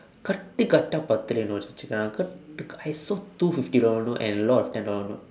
கட்டு கட்டா பத்து வெள்ளி:katdu katdaa paththu velli notes இருந்தது:irundthathu uh கட்டு:katdu I saw two fifty dollar note and a lot of ten dollar note